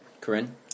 Corinne